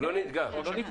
מ-(23)